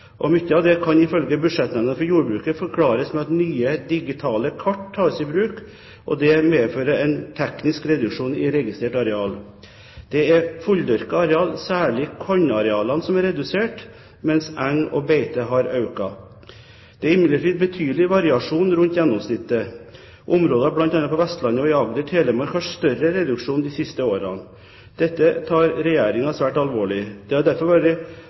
Og mye av det kan ifølge Budsjettnemnda for jordbruket forklares med at nye digitale kart tas i bruk, og det medfører en teknisk reduksjon i registrert areal. Det er fulldyrket areal, særlig kornarealene, som er redusert, mens eng og beite har økt. Det er imidlertid betydelig variasjon rundt gjennomsnittet. Områder bl.a. på Vestlandet og i Agder/Telemark har større reduksjon de siste årene. Dette tar Regjeringen svært alvorlig. Det har derfor vært